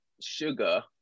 sugar